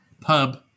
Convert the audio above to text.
pub